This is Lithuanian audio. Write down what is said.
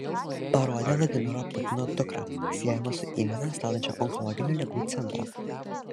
parodė vladimiro putino dukrą siejama su įmone statančia onkologinių ligų centrą